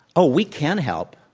oh, we can help.